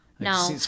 No